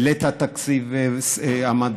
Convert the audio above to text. העלית את תקציב המדע,